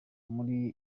muri